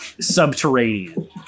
subterranean